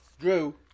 Drew